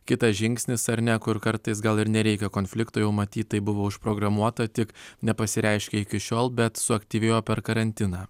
kitas žingsnis ar ne kur kartais gal ir nereikia konflikto jau matyt tai buvo užprogramuota tik nepasireiškė iki šiol bet suaktyvėjo per karantiną